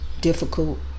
difficult